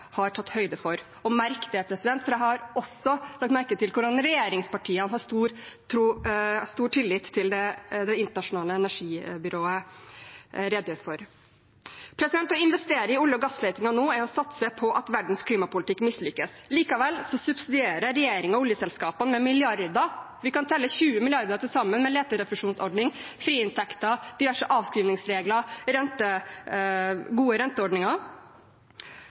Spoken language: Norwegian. har tatt høyde for. Merk deg det, president – for jeg har også lagt merke til hvordan regjeringspartiene har stor tillit til det Det internasjonale energibyrået redegjør for. Å investere i olje- og gassleting nå er å satse på at verdens klimapolitikk mislykkes. Likevel subsidierer regjeringen oljeselskapene med milliarder – vi kan telle 20 mrd. kr til sammen, med leterefusjonsordningen, friinntekter, diverse avskrivningsregler, gode renteordninger